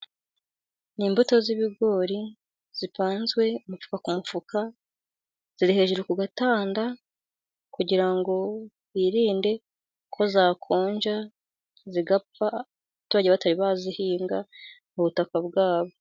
Ni imbuto z'ibigori zipanzwe mu mufuka ziri hejuru ku gatanda, kugira ngo birinde ko zakonja zigapfa, abaturage batari bazihinga ubutaka bwabo.